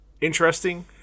Interesting